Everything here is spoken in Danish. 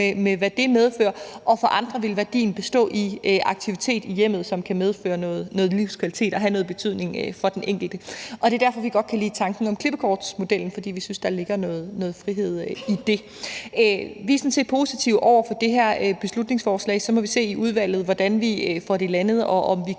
med hvad det medfører, og for andre ville værdien bestå i aktivitet i hjemmet, som kan medføre noget livskvalitet og have noget betydning for den enkelte. Og vi kan godt lide tanken om klippekortsmodellen, fordi vi synes, der ligger noget frihed i det. Vi er sådan set positive over for det her beslutningsforslag. Så må vi se, hvordan vi får det landet i udvalget, og om vi kan